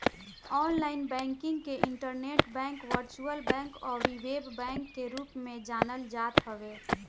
online banking के internet bank, virtual bank अउरी web bank के रूप में जानल जात हवे